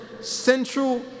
central